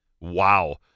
Wow